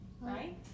right